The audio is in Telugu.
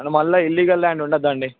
అందులో మరల ఇల్లీగల్ ల్యాండ్ ఉండదు అండి